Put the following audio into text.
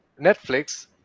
Netflix